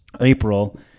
April